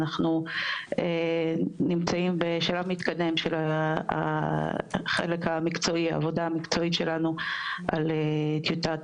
אנחנו נמצאים בשלב מתקדם של העבודה המקצועית שלנו על טיוטת